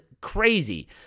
crazy